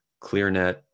ClearNet